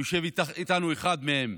יושב איתנו אחד מהם,